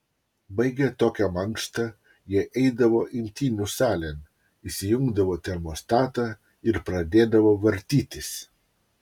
baigę tokią mankštą jie eidavo imtynių salėn įsijungdavo termostatą ir pradėdavo vartytis